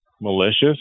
malicious